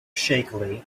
shakily